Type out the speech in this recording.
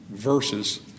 Verses